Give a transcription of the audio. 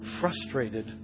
frustrated